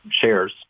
shares